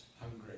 hungry